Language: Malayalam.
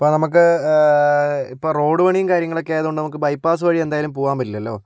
അപ്പോൾ നമ്മൾക്ക് ഇപ്പോൾ റോഡ് പണിയും കാര്യങ്ങളൊക്കെ ആയതുകൊണ്ട് നമുക്ക് ബൈപാസ് വഴി എന്തായാലും പോകുവാൻ പറ്റില്ലല്ലോ